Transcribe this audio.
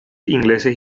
ingleses